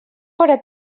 fóra